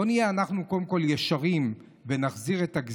בואו קודם כול נהיה אנחנו ישרים ונחזיר את הגזלה,